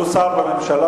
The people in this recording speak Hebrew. הוא שר בממשלה,